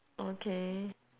okay